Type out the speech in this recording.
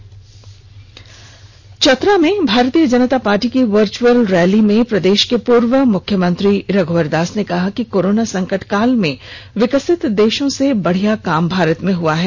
special story Chatra Chatra में Bharatiya Janata party की virtual rally में प्रदेश के पूर्व मुख्यमंत्री रघुवर दास ने कहा कि कोरोना संकट काल में विकसित देशों से बढ़िया काम भारत में हुआ है